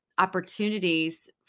opportunities